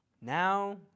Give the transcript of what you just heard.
Now